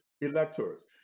electors